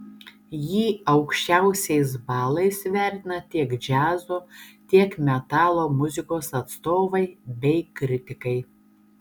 jį aukščiausiais balais vertina tiek džiazo tiek metalo muzikos atstovai bei kritikai